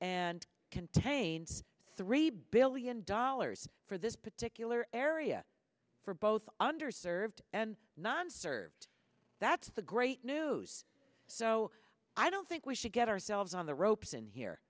and contains three billion dollars for this particular area for both under served and not answer that's the great news so i don't think we should get ourselves on the ropes